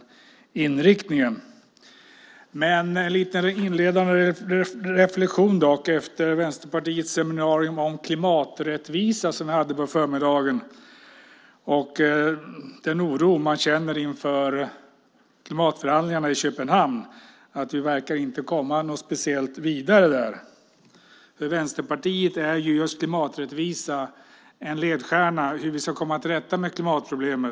Låt mig dock komma med en liten inledande reflexion med anledning av Vänsterpartiets seminarium om klimaträttvisa på förmiddagen och den oro man känner inför klimatförhandlingarna i Köpenhamn. Vi verkar inte komma vidare där. För Vänsterpartiet är klimaträttvisa en ledstjärna för hur vi ska komma till rätta med klimatproblemet.